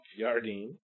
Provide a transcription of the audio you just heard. yardine